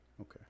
Okay